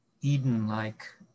Eden-like